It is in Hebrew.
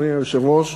אדוני היושב-ראש,